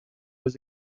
was